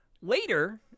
Later